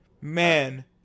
Man